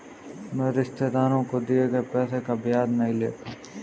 मैं रिश्तेदारों को दिए गए पैसे का ब्याज नहीं लेता